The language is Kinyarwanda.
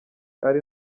ari